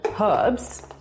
herbs